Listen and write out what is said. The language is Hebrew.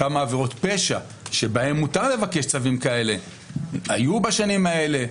כמה עבירות פשע שבהן מותר לבקש צווים כאלה היו בשנים האלה.